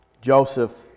Joseph